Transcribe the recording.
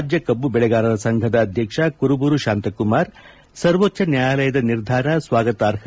ರಾಜ್ಯ ಕಬ್ಬು ಬೆಳೆಗಾರರ ಸಂಘದ ಅಧ್ಯಕ್ಷ ಕುರಬೂರು ಶಾಂತಕುಮಾರ್ ಸರ್ವೋಚ್ವ ನ್ಯಾಯಾಲಯದ ನಿರ್ಧಾರ ಸ್ವಾಗತಾರ್ಹ